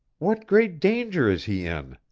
what great danger is he in?